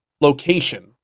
location